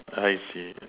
I see